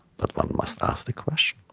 but one must ask the question